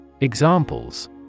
Examples